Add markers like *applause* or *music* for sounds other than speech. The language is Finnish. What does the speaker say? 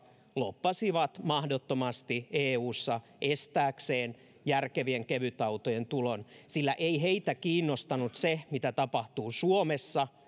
lobbasivat mahdottomasti eussa estääkseen järkevien kevytautojen tulon sillä ei heitä kiinnostanut se mitä tapahtuu suomessa *unintelligible*